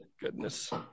goodness